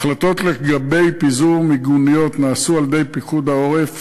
החלטות לגבי פיזור מיגוניות נעשו על-ידי פיקוד העורף